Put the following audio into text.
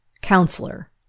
Counselor